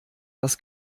das